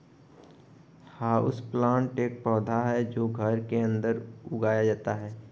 houseplant एक पौधा है जो घर के अंदर उगाया जाता है